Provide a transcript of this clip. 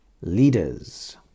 leaders